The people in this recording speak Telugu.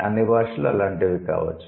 అన్ని భాషలు అలాంటివి కావచ్చు